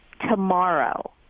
tomorrow